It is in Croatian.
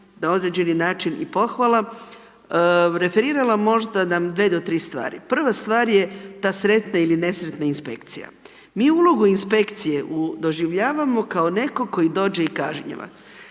na određeni način i pohvala referirala možda na dvije do tri stvari. Prva stvar je ta sretna ili nesretna inspekcija. Mi ulogu inspekcije doživljavamo kao netko tko dođe i kažnjava.